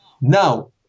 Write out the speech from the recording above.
Now